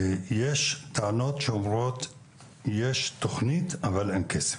בשטח יש טענות שאומרות שיש תכנית אבל אין כסף,